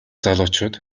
залуучууд